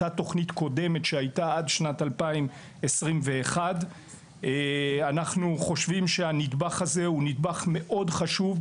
אותה תוכנית קודמת שהייתה עד שנת 2021. אנחנו חושבים שהנדבך הזה הוא נדבך מאוד חשוב.